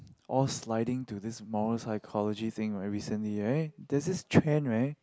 all sliding to this mono psychology thing right recently right there is this trend right